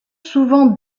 souvent